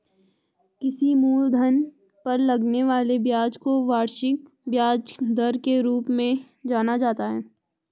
किसी मूलधन पर लगने वाले ब्याज को वार्षिक ब्याज दर के रूप में जाना जाता है